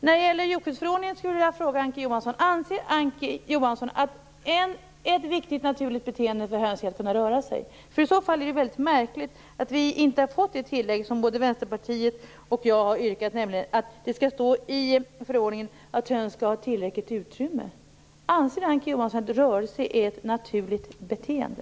När det gäller djurskyddsförordningen vill jag fråga Ann-Kristine Johansson: Anser Ann-Kristine Johansson att ett viktigt naturligt beteende för höns är att kunna röra sig? I så fall är det väldigt märkligt att vi inte har fått det tillägg som både Vänsterpartiet och jag har yrkat, nämligen att det i förordningen skall stå att höns skall ha tillräckligt utrymme. Anser Ann Kristine Johansson att rörelse är ett naturligt beteende?